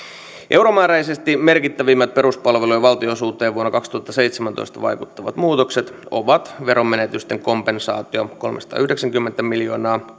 euromääräisesti merkittävimmät peruspalvelujen valtionosuuteen vuonna kaksituhattaseitsemäntoista vaikuttavat muutokset ovat veromenetysten kompensaatio kolmesataayhdeksänkymmentä miljoonaa